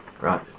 right